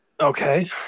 Okay